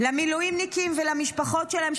למילואימניקים ולמשפחות שלהם,